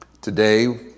Today